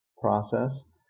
process